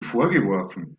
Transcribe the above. vorgeworfen